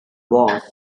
was